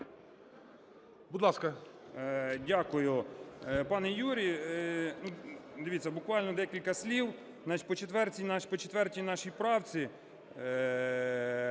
Дякую.